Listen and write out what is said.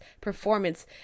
performance